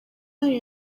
yari